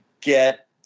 get